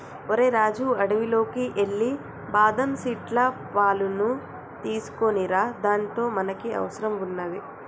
ఓరై రాజు అడవిలోకి ఎల్లి బాదం సీట్ల పాలును తీసుకోనిరా దానితో మనకి అవసరం వున్నాది